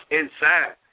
inside